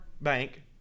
bank